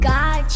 God